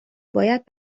باید